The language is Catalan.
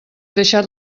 deixat